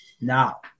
Now